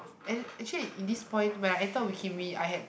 and actually in this point when I enter wee kim wee I had